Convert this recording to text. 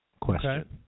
question